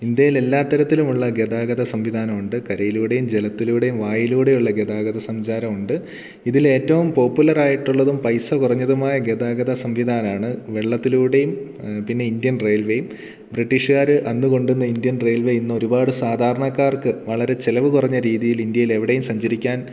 ഇന്ത്യയിലെല്ലാത്തരത്തിലുമുള്ള ഗതാഗത സംവിധാനമുണ്ട് കരയിലൂടേം ജലത്തിലൂടേം വായൂലൂടേമുള്ള ഗതാഗത സഞ്ചാരമുണ്ട് ഇതിലേറ്റവും പോപ്പുലറായിട്ടുള്ളതും പൈസ കുറഞ്ഞതുമായ ഗതാഗത സംവിധാനമാണ് വെള്ളത്തിലൂടേം പിന്നിന്ത്യൻ റെയിൽവെയും ബ്രിട്ടീഷ്കാർ അന്ന് കൊണ്ടന്ന ഇന്ത്യൻ റെയിൽവേ ഇന്നൊരുപാട് സാധാരണക്കാർക്ക് വളരെ ചിലവ് കുറഞ്ഞ രീതിയിൽ ഇന്ത്യലെവിടെയും സഞ്ചരിക്കാൻ